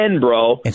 bro